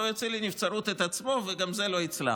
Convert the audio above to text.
לא יוציא לנבצרות את עצמו וגם זה לא יצלח,